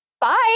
bye